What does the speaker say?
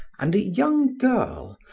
and a young girl,